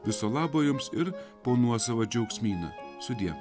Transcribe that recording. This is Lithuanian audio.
viso labo jums ir po nuosavą džiaugsmyną sudie